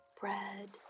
bread